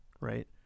right